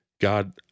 God